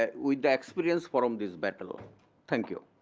ah with the experience from this battle. thank you.